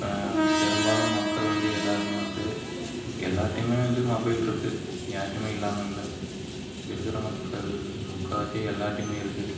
இப்போ பெரும்பாலும் மக்கள் வந்து எல்லோருமே வந்து இப்போ எல்லாருகிட்டியுமே வந்து மொபைல் இருக்கு யாருகிட்டியுமே இல்லாமல் இல்லை இருக்கிற மக்கள் முக்காவாசி எல்லாருகிட்டியுமே இருக்கு